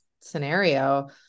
scenario